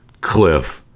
Cliff